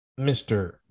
Mr